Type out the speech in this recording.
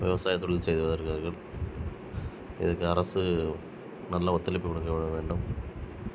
விவசாயத் தொழில் செய்து வருகிறார்கள் இதுக்கு அரசு நல்ல ஒத்துழைப்பு கொடுக்க வேண்டும்